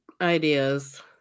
ideas